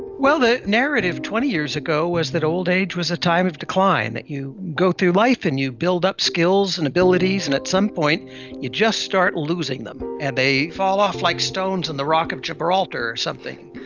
well, the narrative twenty years ago was that old age was a time of decline, that you go through life and you build up skills and abilities, and at some point you just start losing them, and they fall off like stones in the rock of gibraltar or something.